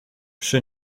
przy